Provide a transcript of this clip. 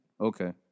Okay